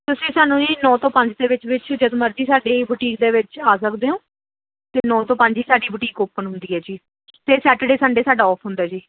ਤੁਸੀਂ ਸਾਨੂੰ ਜੀ ਨੌਂ ਤੋਂ ਪੰਜ ਦੇ ਵਿੱਚ ਵਿੱਚ ਜਦੋਂ ਮਰਜ਼ੀ ਸਾਡੇ ਬੁਟੀਕ ਦੇ ਵਿੱਚ ਆ ਸਕਦੇ ਹੋ ਅਤੇ ਨੌਂ ਤੋਂ ਪੰਜ ਹੀ ਸਾਡੀ ਬੁਟੀਕ ਓਪਨ ਹੁੰਦੀ ਆ ਜੀ ਅਤੇ ਸੈਚਰਡੇ ਸੰਡੇ ਸਾਡਾ ਔਫ ਹੁੰਦਾ ਜੀ